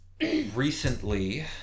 Recently